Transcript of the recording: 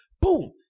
Boom